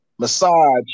massage